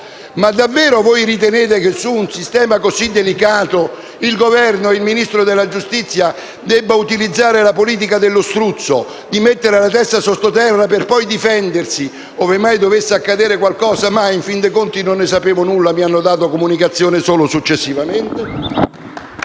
Davvero voi ritenete che su un sistema così delicato il Governo e il Ministro della giustizia debbano adottare la politica dello struzzo, mettendo la testa sotto terra, per poi difendersi, ove mai dovesse accadere qualcosa, dicendo che in fin dei conti non ne sapevano nulla e che la comunicazione gli è stata